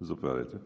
Заповядайте.